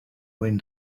when